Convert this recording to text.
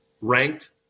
ranked